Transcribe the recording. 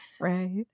Right